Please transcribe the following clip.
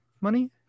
money